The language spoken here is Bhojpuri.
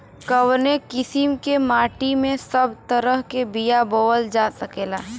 कवने किसीम के माटी में सब तरह के बिया बोवल जा सकेला?